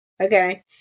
okay